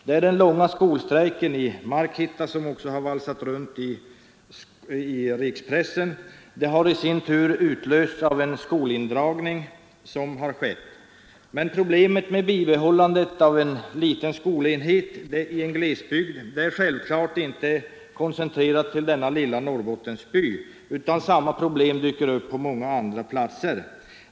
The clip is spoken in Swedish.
Det är den långa skolstrejken i Markitta, som också har valsat runt i rikspressen. Strejken har i sin tur utlösts av en skolindragning. Men problemet med behållandet av en liten skolenhet i en glesbygd är självfallet inte koncentrerat enbart till denna lilla Norrbottenby utan samma problem dyker upp på många andra platser.